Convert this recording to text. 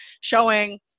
showing